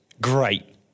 great